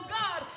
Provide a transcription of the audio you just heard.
god